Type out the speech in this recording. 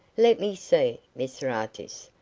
let me see, mr artis,